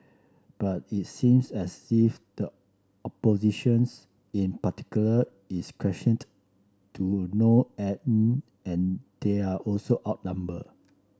but it seems as if the oppositions in particular is questioned to no end and they're also outnumber